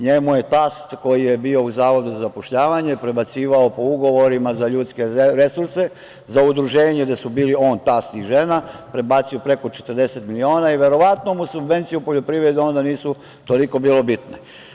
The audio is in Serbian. Njemu je tast koji je bio u Zavodu za zapošljavanje prebacivao po ugovorima za ljudske resurse, za udruženje gde su bili on, tast i žena, prebacio mu je preko 40 miliona i verovatno mu subvencije u poljoprivredu onda nisu toliko bile bitne.